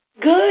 Good